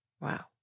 Wow